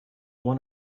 one